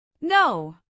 No